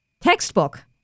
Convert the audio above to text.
textbook